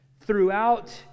throughout